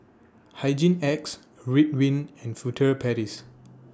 Hygin X Ridwind and Furtere Paris